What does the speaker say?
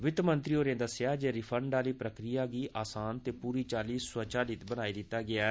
खजाना मंत्री होरें दस्सेआ ऐ जे रिफंड आली प्रक्रिया गी आसान ते पूरी चाल्ली स्वचलित बनाई दित्ता गेआ ऐ